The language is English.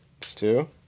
two